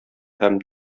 һәм